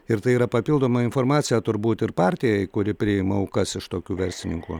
ir tai yra papildoma informacija turbūt ir partijai kuri priima aukas iš tokių verslininkų